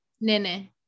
Nene